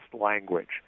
language